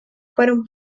fueron